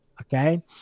Okay